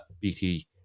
BT